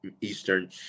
Eastern